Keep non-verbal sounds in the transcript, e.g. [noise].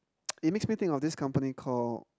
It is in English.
[noise] it make me think of this company call